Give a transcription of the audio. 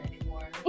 anymore